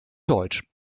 deutsch